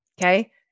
okay